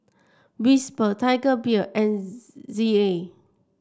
Whisper Tiger Beer and Z Z A